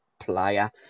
Player